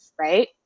right